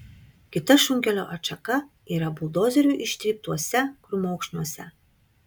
kita šunkelio atšaka yra buldozerių ištryptuose krūmokšniuose